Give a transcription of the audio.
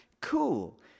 Cool